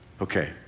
Okay